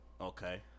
Okay